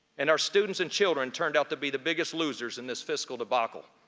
and our students and children turned out to be the biggest losers in this fiscal debacle.